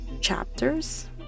chapters